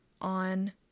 on